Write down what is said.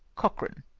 cochrane.